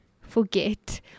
forget